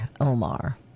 Omar